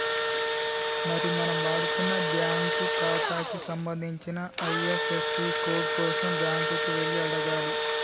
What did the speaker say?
మరి మనం వాడుతున్న బ్యాంకు ఖాతాకి సంబంధించిన ఐ.ఎఫ్.యస్.సి కోడ్ కోసం బ్యాంకు కి వెళ్లి అడగాలి